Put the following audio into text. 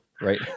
right